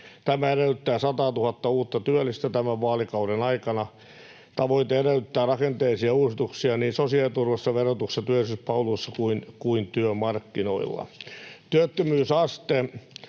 Tämä edellyttää 100 000:ta uutta työllistä tämän vaalikauden aikana. Tavoite edellyttää rakenteellisia uudistuksia niin sosiaaliturvassa, verotuksessa, työllisyyspalveluissa kuin työmarkkinoilla. Työttömyysaste